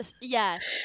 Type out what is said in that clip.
yes